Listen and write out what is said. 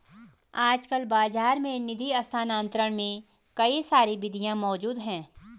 आजकल बाज़ार में निधि स्थानांतरण के कई सारी विधियां मौज़ूद हैं